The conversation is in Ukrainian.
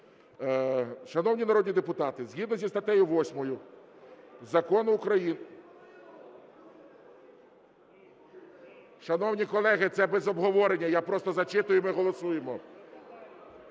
Шановні народні депутати, згідно зі статтею 8 Закону України… Шановні колеги, це без обговорення. Я просто зачитую - і ми голосуємо.